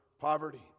poverty